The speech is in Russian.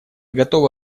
готовы